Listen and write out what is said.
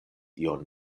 ion